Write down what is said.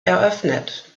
eröffnet